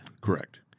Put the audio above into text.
Correct